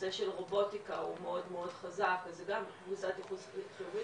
הנושא של רובוטיקה הוא מאוד מאוד חזק וזו גם קבוצת ייחוס חיובית,